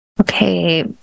okay